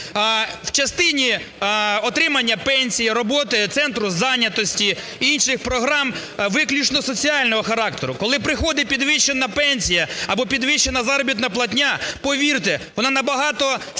в частині отримання пенсій, роботи центру зайнятості і інших програм, виключно соціального характеру. Коли приходить підвищена пенсія або підвищена заробітна платня, повірте, вона набагато сильніший